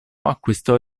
acquistò